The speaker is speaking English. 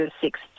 six